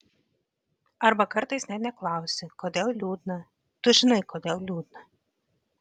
arba kartais net neklausi kodėl liūdna tu žinai kodėl liūdna